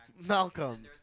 Malcolm